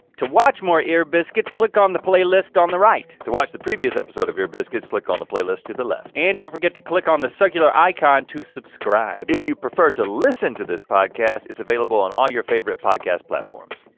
to watch more ear biscuits click on the playlist on the right. to watch the previous episode of ear biscuits, click on the playlist to the left. and don't forget to click on the circular icon to subscribe. if you prefer to listen to this podcast, it's available on all your favorite podcast platforms.